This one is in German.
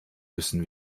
müssen